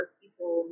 people